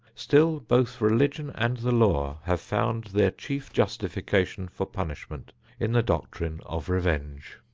still both religion and the law have found their chief justification for punishment in the doctrine of revenge.